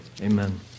Amen